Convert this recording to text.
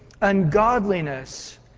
ungodliness